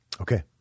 Okay